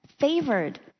favored